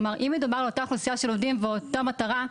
אם מדובר על אותה אוכלוסייה של עובדים ואותה מטרה,